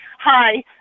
Hi